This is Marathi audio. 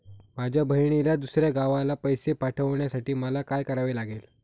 माझ्या बहिणीला दुसऱ्या गावाला पैसे पाठवण्यासाठी मला काय करावे लागेल?